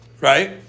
right